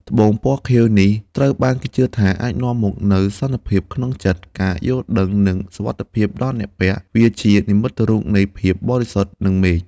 ត្បូងពណ៌ខៀវនេះត្រូវបានគេជឿថាអាចនាំមកនូវសន្តិភាពក្នុងចិត្ត ការយល់ដឹង និងសុវត្ថិភាពដល់អ្នកពាក់ វាជានិមិត្តរូបនៃភាពបរិសុទ្ធ និងមេឃ។